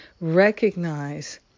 recognize